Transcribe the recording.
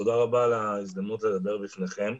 תודה רבה על ההזדמנות לדבר בפניכם.